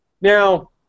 Now